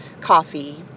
coffee